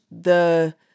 the-